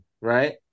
right